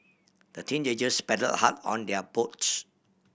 the teenagers paddled hard on their boat